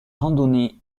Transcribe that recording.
randonnées